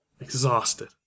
Exhausted